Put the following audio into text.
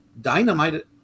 dynamite